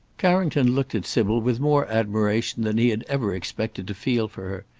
carrington looked at sybil with more admiration than he had ever expected to feel for her,